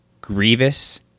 Grievous